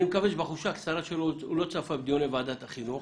אני מקווה שבחופשה הקצרה שלו הוא לא צפה בדיוני ועדת החינוך.